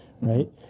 right